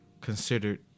considered